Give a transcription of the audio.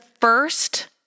first